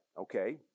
Okay